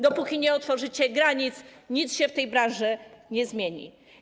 Dopóki nie otworzycie granic, nic się w tej branży nie zmieni.